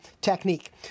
technique